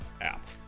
app